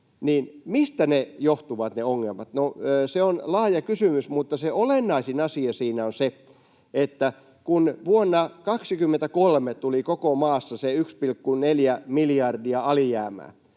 Mistä ne ongelmat johtuvat? No, se on laaja kysymys, mutta olennaisin asia siinä on se, että kun vuonna 23 tuli koko maassa se 1,4 miljardia alijäämää